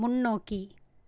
முன்னோக்கி